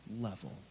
level